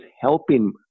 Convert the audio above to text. helping